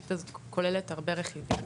התשתית הזאת כוללת הרבה רכיבים.